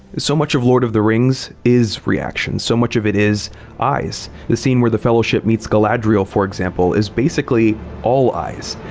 so much of lord of the rings is reaction. so much of it is eyes. the scene where the fellowship meets galadriel, for example, is basically all eyes.